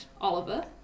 Oliver